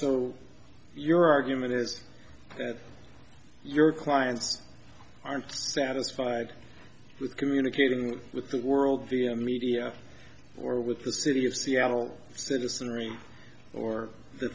so your argument is that your clients aren't satisfied with communicating with the world via media or with the city of seattle citizenry or the